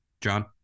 John